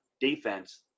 defense